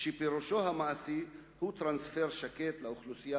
שפירושו המעשי הוא טרנספר שקט של האוכלוסייה